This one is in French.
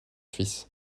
suisse